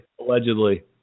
Allegedly